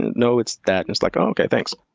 no, it's that, and it's like, oh, okay thanks!